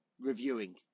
reviewing